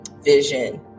vision